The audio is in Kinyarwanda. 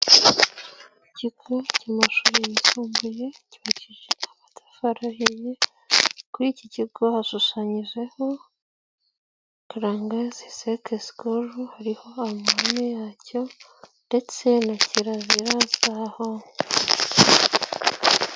Ikigo gikuru cy'amashuri yisumbuye cyubakishije amatafari ahiye, kuri iki kigo hashushanyijeho karangazi sec school hariho amahame yacyo ndetse na kirazira zaho.